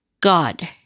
God